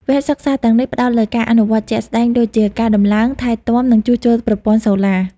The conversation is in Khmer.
វគ្គសិក្សាទាំងនេះផ្តោតលើការអនុវត្តជាក់ស្តែងដូចជា ការដំឡើង ថែទាំ និងជួសជុលប្រព័ន្ធសូឡា។